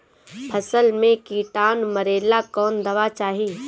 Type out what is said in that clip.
फसल में किटानु मारेला कौन दावा चाही?